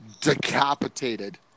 decapitated